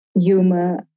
humor